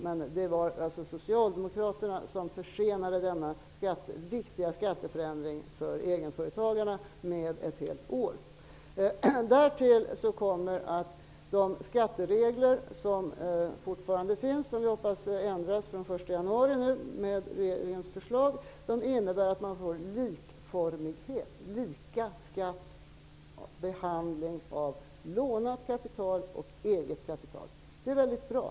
Men det var alltså socialdemokraterna som försenade denna viktiga skatteförändring för egenföretagarna med ett helt år. Vi hoppas att de skatteregler som nu finns ändras från den 1 januari till följd av regeringens förslag. De nya reglerna innebär en likformighet, dvs. att lånat kapital och eget kapital behandlas på samma sätt. Det är väldigt bra.